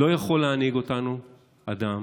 לא יכול להנהיג אותנו אדם